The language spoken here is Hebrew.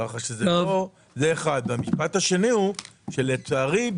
והמשפט השני הוא שלצערי,